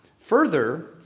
Further